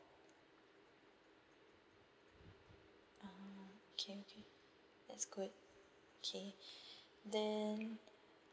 ah okay okay that's good okay then